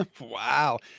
Wow